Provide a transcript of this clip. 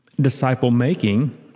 disciple-making